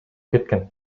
кеткен